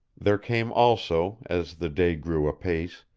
there came also, as the day grew apace,